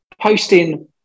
posting